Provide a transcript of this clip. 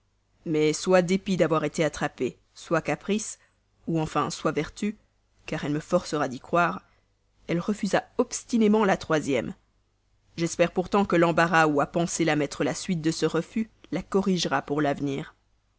mais soit dépit d'avoir été attrapée soit caprice ou enfin soit vertu car elle me forcera d'y croire elle refusa obstinément la troisième j'espère pourtant que l'embarras où a pensé la mettre la suite de ce refus la corrigera pour l'avenir